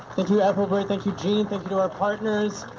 thank you everybody, thank you jean, and thank you to our partners.